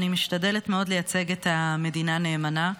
ואני משתדלת מאוד לייצג את המדינה נאמנה,